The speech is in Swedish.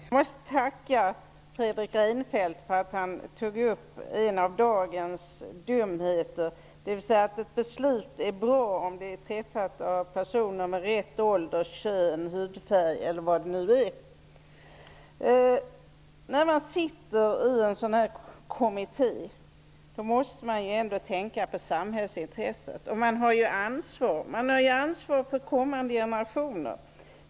Herr talman! Det här är egentligen inte ett genmäle utan en kommentar. Jag måste tacka Fredrik Reinfeldt för att han tog upp en av dagens dumheter, dvs. att ett beslut är bra om det är fattat av personer med rätt ålder, kön, hudfärg osv. När man sitter i en sådan här kommitté måste man ändå tänka på samhällsintresset. Man har ju ansvar för kommande generationer.